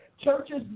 Churches